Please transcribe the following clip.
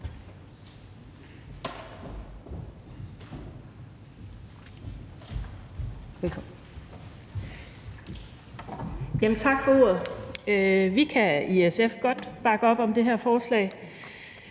Tak for ordet. Vi i SF kan godt bakke op om det her forslag.